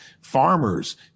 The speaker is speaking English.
farmers